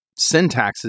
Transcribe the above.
syntaxes